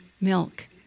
milk